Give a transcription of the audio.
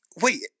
Wait